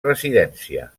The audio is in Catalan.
residència